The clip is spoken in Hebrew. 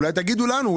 אולי תגידו לנו,